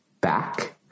back